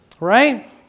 Right